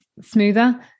smoother